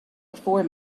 before